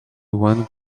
one